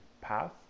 path